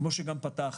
כמו שפתחתי,